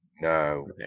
no